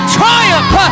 triumph